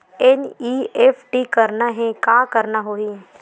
NEFT करना हे का करना होही?